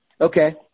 Okay